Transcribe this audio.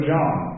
John